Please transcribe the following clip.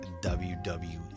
WWE